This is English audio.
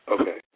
Okay